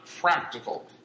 practical